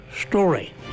story